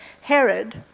Herod